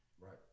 Right